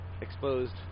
exposed